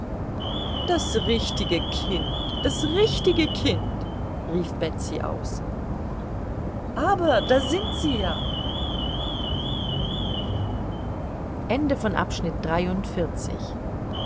das richtige kind das richtige kind rief betsy aus aber da sind sie ja